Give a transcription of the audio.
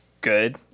good